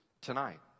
tonight